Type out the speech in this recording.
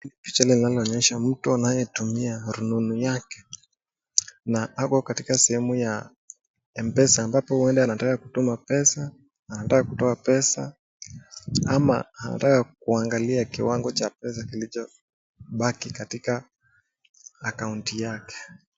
Picha linaloonyesha mtu anayetumia rununu yake na ako katika sehemu ya M-PESA ambapo ueda anataka kutuma pesa, anataka kutoa pesa ama anataka kuangalia kiwango cha pesa kilichobaki katika akaunti yake.